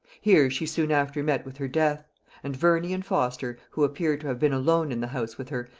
here she soon after met with her death and verney and foster, who appear to have been alone in the house with her,